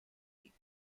eat